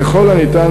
ככל הניתן,